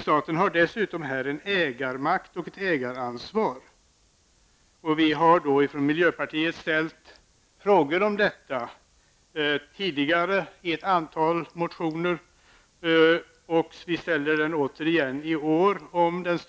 Staten har dessutom en ägarmakt och ett ägaransvar. Miljöpartiet har ställt frågor om den statliga företagspolicyn tidigare i ett antal motioner. Vi ställer dessa frågor i år igen.